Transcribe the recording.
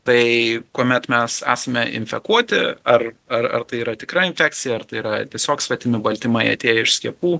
tai kuomet mes esame infekuoti ar ar tai yra tikra infekcija ar tai yra tiesiog svetimi baltymai atėję iš skiepų